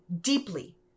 deeply